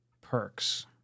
perks